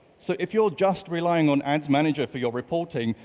so if you're just relying on ads manager for you're reporting,